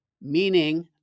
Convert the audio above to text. meaning